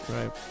Right